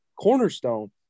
cornerstone